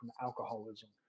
alcoholism